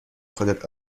خودت